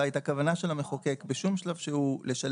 לא הייתה כוונה של המחוקק בשום שלב שהוא לשלם